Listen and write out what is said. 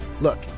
Look